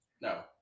No